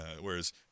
whereas